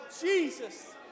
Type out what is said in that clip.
Jesus